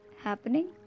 happening